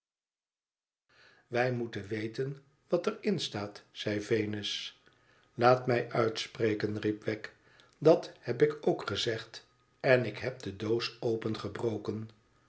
wij moeten weten wat er in staat zei venus laat mij uitspreken riep wegg dat heb ik ook gezegd en ik heb de doos opengebroken